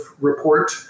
report